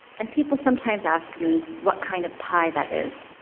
and people sometimes ask me, what kind of pie that is.